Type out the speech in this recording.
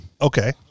Okay